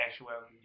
actuality